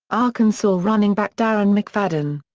arkansas running back darren mcfadden.